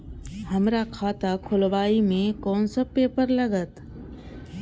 हमरा खाता खोलाबई में कुन सब पेपर लागत?